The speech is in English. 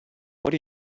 what